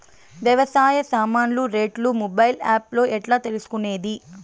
వ్యవసాయ సామాన్లు రేట్లు మొబైల్ ఆప్ లో ఎట్లా తెలుసుకునేది?